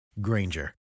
Granger